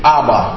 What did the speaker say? Abba